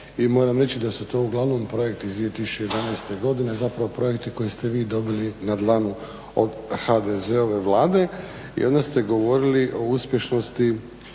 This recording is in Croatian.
moram reći da su to uglavnom projekti iz 2011. godine, zapravo projekti koje ste vi dobili na dlanu od HDZ-ove Vlade i onda ste govorili o uspješnosti